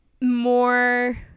more